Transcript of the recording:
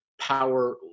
power